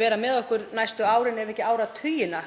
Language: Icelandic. vera með okkur næstu árin ef ekki áratugina.